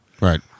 Right